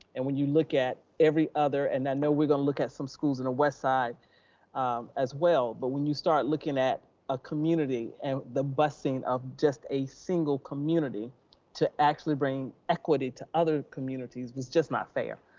and when you look at every other, and i know we're gonna look at some schools in the west side as well, but when you start looking at a community and the busing of just a single community to actually bring equity to other communities, it's just not fair.